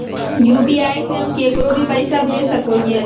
UPI से हम केकरो भी पैसा भेज सको हियै?